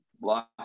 last